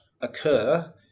occur